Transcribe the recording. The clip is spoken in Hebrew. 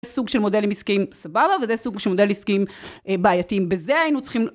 סוג של מודלים עסקיים סבבה וזה סוג של מודלים עסקיים בעייתיים בזה היינו צריכים